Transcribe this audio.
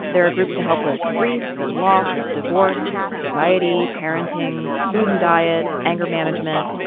there are groups to help with grief and loss, divorce, anxiety, parenting, food and diet, anger management.